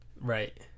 Right